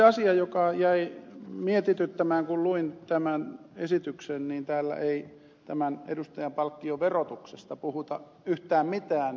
mutta se jäi mietityttämään kun luin tämän esityksen että täällä ei edustajanpalkkion verotuksesta puhuta yhtään mitään